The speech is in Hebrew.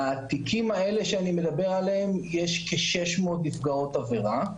בתיקים האלה שאני מדבר עליהם יש כ-600 נפגעות עבירה,